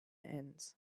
ends